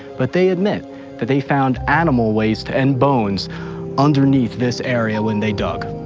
but they admit that they found animal waste and bones underneath this area when they dug.